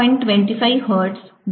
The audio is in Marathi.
25 हर्ट्ज 0